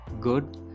good